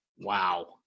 Wow